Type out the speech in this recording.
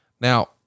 now